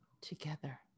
together